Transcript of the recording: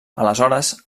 aleshores